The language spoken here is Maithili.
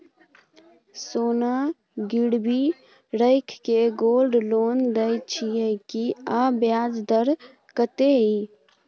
सोना गिरवी रैख के गोल्ड लोन दै छियै की, आ ब्याज दर कत्ते इ?